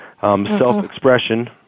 self-expression